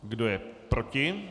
Kdo je proti?